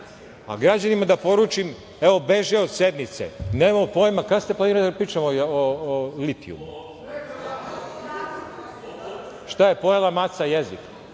građanima da poručim, evo beže od sednice. Nemamo pojam, kada ste planirali da pričamo o litijumu? Šta je, pojela maca jezik?